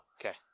Okay